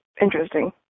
interesting